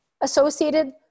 associated